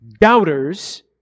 doubters